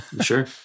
Sure